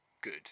good